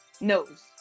knows